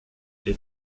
les